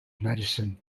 medicine